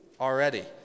already